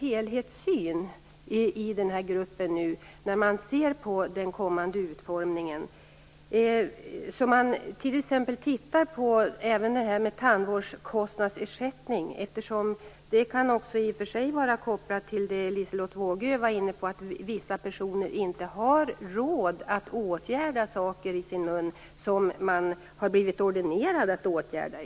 Görs det i gruppen en helhetssyn vid den kommande utformningen så att man t.ex. även tittar på frågan om tandvårdskostnadsersättning? Det kan vara kopplat till det Liselotte Wågö var inne på, att vissa personer inte har råd att åtgärda saker i sin mun som man har blivit ordinerad att åtgärda.